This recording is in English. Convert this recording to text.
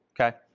Okay